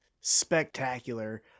spectacular